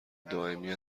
دائمی